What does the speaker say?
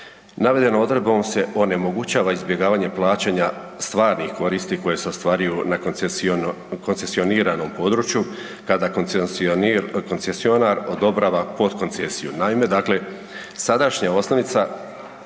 Navedenom odredbom se onemogućava izbjegavanje plaćanja stvarnih koristi koje se ostvaruju na koncesioniranom području kada koncesionar odobrava potkoncesiju.